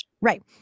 right